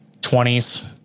20s